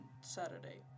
Saturday